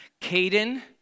Caden